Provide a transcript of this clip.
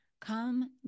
Come